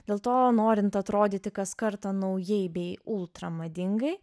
dėl to norint atrodyti kas kartą naujai bei ultramadingai